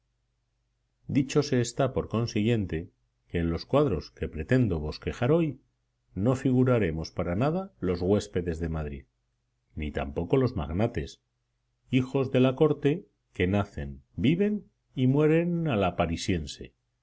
dicho se está por consiguiente que en los cuadros que pretendo bosquejar hoy no figuraremos para nada los huéspedes de madrid ni tampoco los magnates hijos de la corte que nacen viven y mueren a